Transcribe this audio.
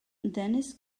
dennis